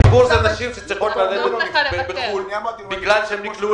הציבור זה נשים שצריכות ללדת בחו"ל בגלל שנקלעו